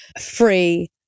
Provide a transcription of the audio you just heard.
Free